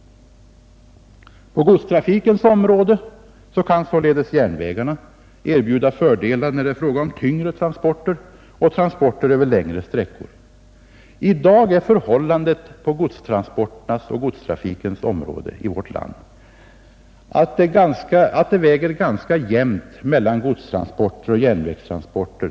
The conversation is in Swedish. På godstrafikens område kan således järnvägarna erbjuda fördelar när det är fråga om tyngre transporter och transporter över längre sträckor. I dag väger det ganska jämnt mellan godstransporter på landsväg och godstransporter på järnväg totalt sett.